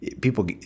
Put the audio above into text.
people